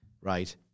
right